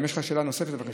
אם יש לך שאלה נוספת, בבקשה.